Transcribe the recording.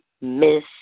miss